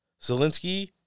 Zelensky